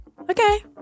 okay